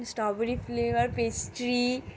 strawberry flavoured pastry